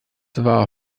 war